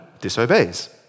disobeys